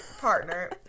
partner